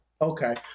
Okay